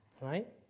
right